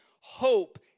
Hope